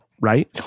right